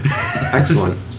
Excellent